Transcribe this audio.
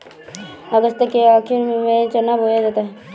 अगस्त के आखिर में चना बोया जाता है